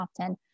often